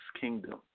kingdom